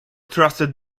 trusted